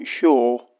sure